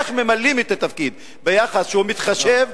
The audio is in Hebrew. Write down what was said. איך ממלאים את התפקיד ביחס שהוא מתחשב,